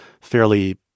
fairly